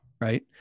Right